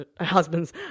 husbands